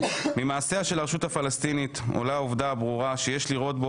ממעשיה של הרשות הפלסטינית עולה העובדה הברורה שיש לראות בו